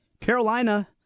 Carolina